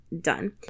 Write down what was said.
done